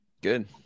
Good